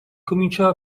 cominciava